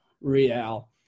Real